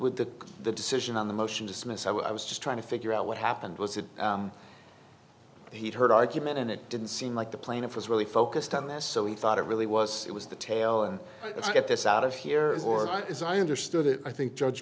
with the decision on the motion to dismiss i was just trying to figure out what happened was that he heard argument and it didn't seem like the plaintiff was really focused on this so he thought it really was it was the tail and get this out of here or is i understood it i think judge